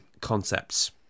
concepts